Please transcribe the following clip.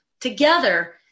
Together